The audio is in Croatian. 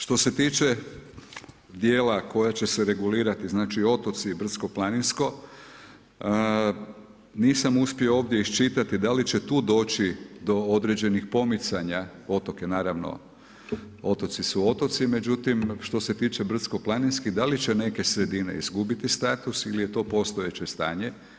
Što se tiče dijela koje će regulirati znači otoci, brdsko-planinsko nisam uspio ovdje iščitati da li će tu doći do određenih pomicanja, otoci su otoci, međutim što se tiče brdsko-planinskih da li će neke sredine izgubiti status ili je to postojeće stanje?